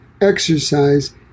exercise